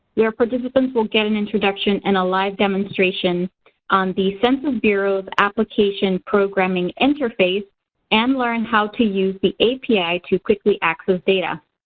the participants will get an introduction and a live demonstration on the census bureau's application programming interface and learn how to use the api to quickly access data.